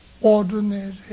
ordinary